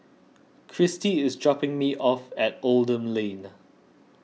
Kristy is dropping me off at Oldham Lane